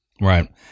Right